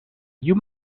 you